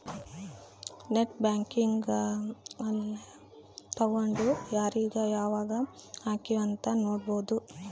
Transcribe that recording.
net banking ಅಲ್ಲೆ ತೆಕ್ಕೊಂಡು ಯಾರೀಗ ಯಾವಾಗ ಹಕಿವ್ ಅಂತ ನೋಡ್ಬೊದು